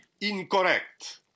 Incorrect